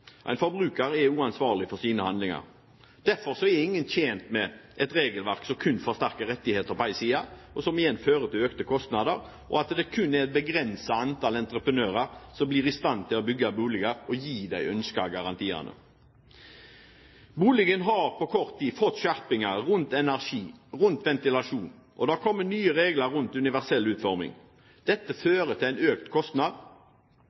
en handel. En forbruker er også ansvarlig for sine handlinger. Derfor er ingen tjent med et regelverk som kun forsterker rettighetene på en side, som igjen fører til økte kostnader, og at det kun er et begrenset antall entreprenører som blir i stand til å bygge boliger og gi de ønskede garantiene. Boligen har på kort tid fått skjerpinger rundt energi, ventilasjon, og det har kommet nye regler om universell utforming. Dette fører til en økt kostnad.